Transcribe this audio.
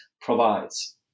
provides